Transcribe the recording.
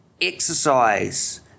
Exercise